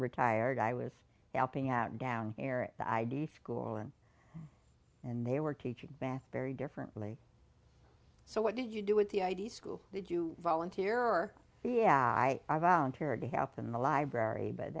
retired i was helping out down here at the i d f school and and they were teaching math very differently so what did you do with the id school did you volunteer or yeah i volunteered to help in the library but